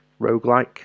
roguelike